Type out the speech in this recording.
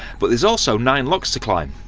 but there's also nine locks to climb.